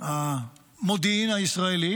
המודיעין הישראלי